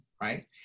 Right